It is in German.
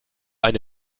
eine